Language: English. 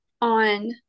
on